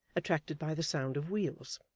attracted by the sound of wheels.